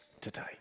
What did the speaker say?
today